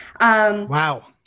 Wow